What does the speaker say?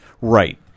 Right